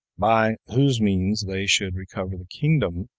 by whose means they should recover the kingdom,